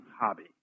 hobby